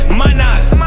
manas